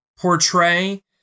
Portray